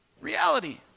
reality